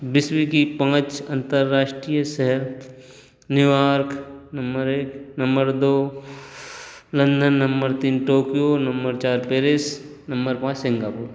विश्व की पाँच अंतर्राष्ट्रीय शहर न्यू आर्क नंबर एक नंबर दो लंदन नंबर तीन टोकियो नंबर चार पेरिस नंबर पाँच सिंगापुर